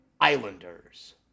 Islanders